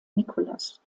nicholas